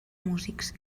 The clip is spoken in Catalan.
músics